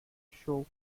show